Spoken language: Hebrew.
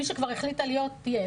מי שכבר החליטה להיות תהיה,